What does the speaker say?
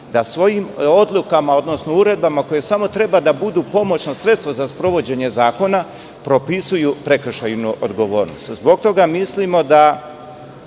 da svojim odlukama odnosno uredbama koje samo treba da budu pomoćno sredstvo za sprovođenje zakona, propisuju prekršajnu odgovornost. Zbog toga mislimo da